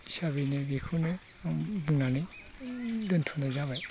हिसाबैनो बेखौनो आं बुंनानै दोनथ'नाय जाबाय